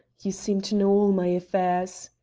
you seem to know all my affairs.